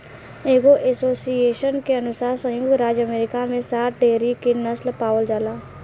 एगो एसोसिएशन के अनुसार संयुक्त राज्य अमेरिका में सात डेयरी के नस्ल पावल जाला